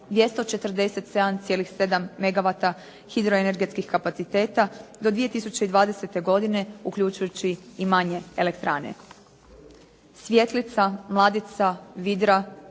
247,7 megawata hidroenergetskih kapaciteta do 2020. godine uključujući i manje elektrane.